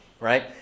right